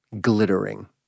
glittering